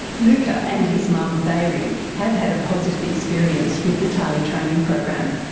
luca and his mum veary have had a positive experience with the tali training program.